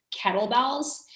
kettlebells